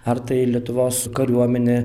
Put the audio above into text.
ar tai lietuvos kariuomenė